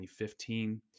2015